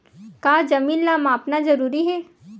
का जमीन ला मापना जरूरी हे?